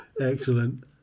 Excellent